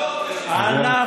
בשנים האחרונות.